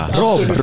rob